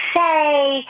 say